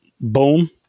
Boom